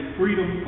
freedom